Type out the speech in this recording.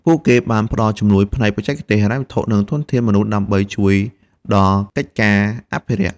ពួកគេបានផ្តល់ជំនួយផ្នែកបច្ចេកទេស ហិរញ្ញវត្ថុ និងធនធានមនុស្សដើម្បីជួយដល់កិច្ចការអភិរក្ស។